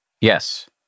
Yes